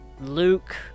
Luke